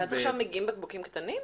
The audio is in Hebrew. מגיעים בקבוקים קטנים?